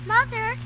Mother